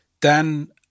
Dan